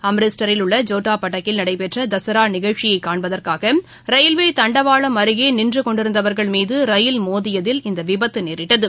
அம்ரிஷ்டரில் உள்ளஜோடாபாட்டக்கில் நடைபெற்றதசராநிகழ்ச்சியைகாண்பதற்காகரயில்வேதண்டவாளம் அருகேநின்றுகொண்டிருந்தவர்கள் மீதரயில் மோதியதில் இந்தவிபத்துநேரிட்டது